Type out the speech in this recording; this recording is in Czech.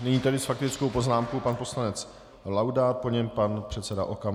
Nyní tedy s faktickou poznámkou pan poslanec Laudát, po něm pan předseda Okamura.